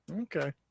okay